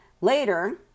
Later